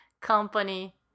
company